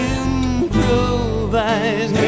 improvise